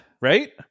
Right